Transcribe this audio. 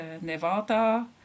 Nevada